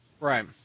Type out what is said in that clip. right